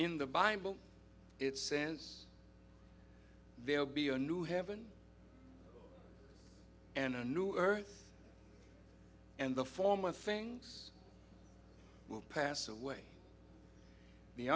in the bible it says there will be a new heaven and a new earth and the former things will pass away the